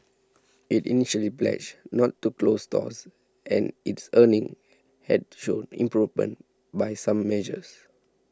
it initially pledged not to close stores and its earnings had shown improvement by some measures